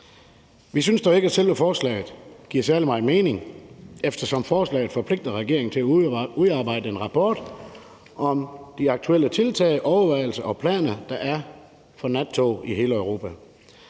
Vi synes dog ikke, at selve forslaget giver særlig meget mening, eftersom forslaget forpligter regeringen til at udarbejde en rapport om de aktuelle tiltag, overvejelser og planer, der er for nattog i hele Europa.